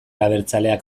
abertzaleak